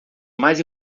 mais